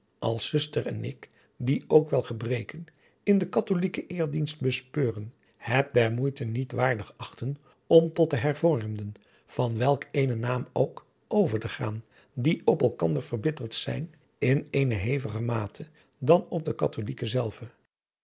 als zuster en ik die ook wel gebreken in den katholijken eerdienst bespeuren het der moeite niet waardig achten om tot de hervormden van welk eenen naam ook over te adriaan loosjes pzn het leven van hillegonda buisman gaan die op elkander verbitterd zijn in eene heviger mate dan op de katholijken zelve